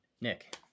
Nick